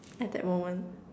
at that moment